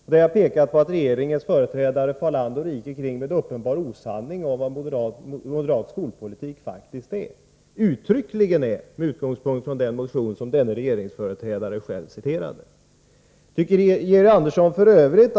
Jag har då pekat på att regeringens företrädare far land och rike kring med uppenbar osanning om vad moderat skolpolitik faktiskt och uttryckligen är. Tycker Georg Andersson f.ö.